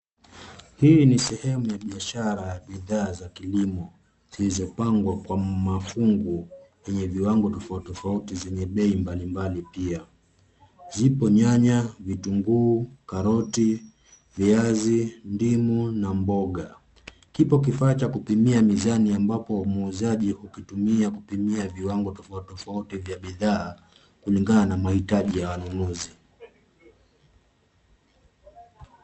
Hii ni sehemu ya biashara bidhaa za kilimo zilizopangwa kwa mafungu yenye viwango tofautitofauti zenye bei mbalimbali pia. Zipo nyanya, vitunguu, karoti, viazi, ndimu na mboga. Kipo kifaaa cha kupimia mizani ambapo muuzaji hukitumia kupimia viwango tofauti tofauti vya bidhaa kulingana na mahitaji ya wanunuzi.